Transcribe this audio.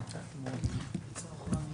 ונושא שאני מניח שדובר ודיברנו בעבר ועוד נדבר המון,